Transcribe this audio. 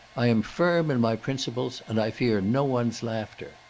i am firm in my principles, and i fear no one's laughter.